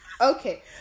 Okay